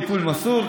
טיפול מסור,